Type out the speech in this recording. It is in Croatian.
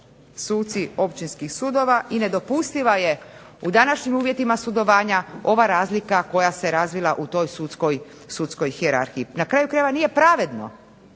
suci općinskih sudova i nedopustiva je u današnjim uvjetima sudovanja ova razlika koja se razvila u toj sudskoj hijerarhiji. Na kraju krajeva nije pravedno.